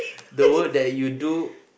the work that you do